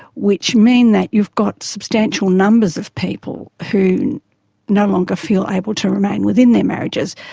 which mean that you've got substantial numbers of people who no longer feel able to remain within their marriages,